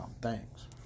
Thanks